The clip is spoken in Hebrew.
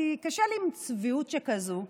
כי קשה לי עם צביעות שכזו.